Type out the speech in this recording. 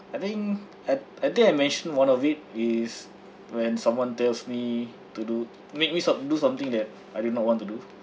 I think I think I mentioned one of it is when someone tells me to do make me some do something that I do not want to do